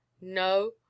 no